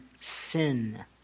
sin